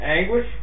anguish